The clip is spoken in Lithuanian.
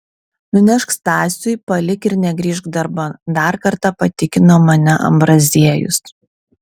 nunešk stasiui palik ir negrįžk darban dar kartą patikino mane ambraziejus